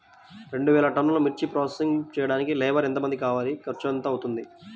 రెండు వేలు టన్నుల మిర్చి ప్రోసెసింగ్ చేయడానికి లేబర్ ఎంతమంది కావాలి, ఖర్చు ఎంత అవుతుంది?